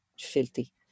filthy